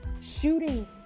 Shooting